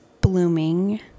blooming